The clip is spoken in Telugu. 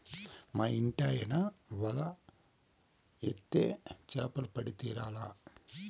మా ఇంటాయన వల ఏత్తే చేపలు పడి తీరాల్ల